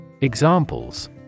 Examples